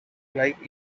like